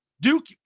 Duke